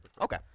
Okay